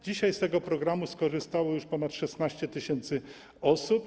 Dzisiaj z tego programu skorzystało już ponad 16 tys. osób.